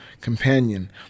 Companion